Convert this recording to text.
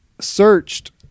searched